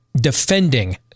defending